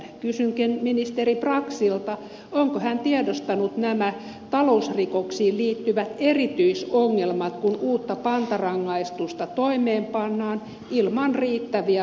kysynkin ministeri braxilta onko hän tiedostanut nämä talousrikoksiin liittyvät erityisongelmat kun uutta pantarangaistusta toimeenpannaan ilman riittäviä valvontaresursseja